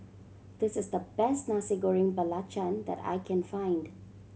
this is the best Nasi Goreng Belacan that I can find